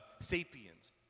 Sapiens